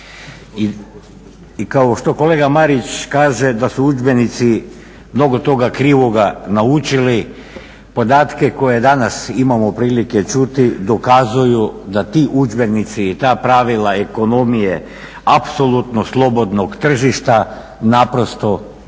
I kao što kolega Marić kaže da su udžbenici mnogo toga krivoga naučili podatke koje danas imamo prilike čuti dokazuju da ti udžbenici i ta pravila ekonomije apsolutno slobodnog tržišta naprosto ne igra,